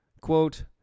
quote